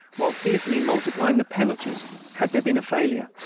while fearfully multiplying the penalties had there been a failure.